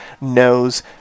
knows